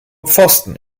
pfosten